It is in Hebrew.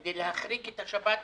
כדי להחריג את השבת מהעיכובים,